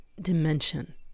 dimension